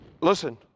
Listen